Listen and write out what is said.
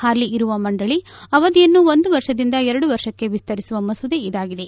ಹಾಲಿ ಇರುವ ಮಂಡಳಿಯ ಅವಧಿಯನ್ನು ಒಂದು ವರ್ಷದಿಂದ ಎರಡು ವರ್ಷಕ್ಕೆ ವಿಸ್ತರಿಸುವ ಮಸೂದೆ ಇದಾಗಿದೆ